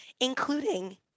including